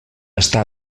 està